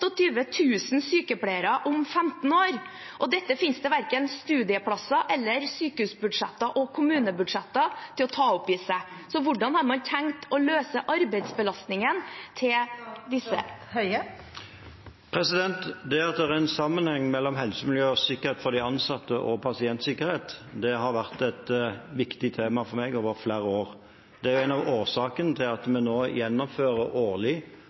sykepleiere om 15 år. Dette finnes det verken studieplasser eller sykehusbudsjetter og kommunebudsjetter til å ta opp i seg. Så hvordan har man tenkt å løse arbeidsbelastningen for disse? Det at det er en sammenheng mellom helse, miljø og sikkerhet for de ansatte og pasientsikkerhet, har vært et viktig tema for meg over flere år. Det er en av årsakene til at vi nå gjennomfører en årlig